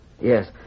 Yes